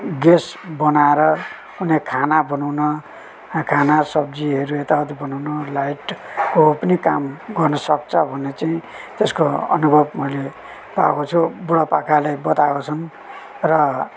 gas बनाएर कुनै खाना बनाउन खाना सब्जीहरू यता उति बनाउन लाइटको पनि काम गर्नसक्छ भन्ने चाहिँ त्यसको अनुभव मैले पाएको छु बुढापाकाले बताएको छन् र